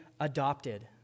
adopted